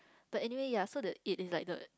but anyway ya so the it is like the